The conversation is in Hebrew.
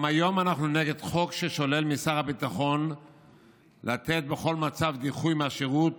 גם היום אנחנו נגד חוק ששולל משר הביטחון לתת בכל מצב דיחוי מהשירות